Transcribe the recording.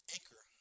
Anchor